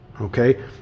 Okay